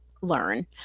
learn